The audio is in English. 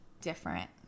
different